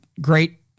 great